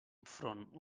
enfront